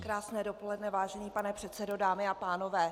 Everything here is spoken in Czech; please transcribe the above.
Krásné dopoledne, vážený pane předsedo, dámy a pánové.